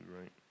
right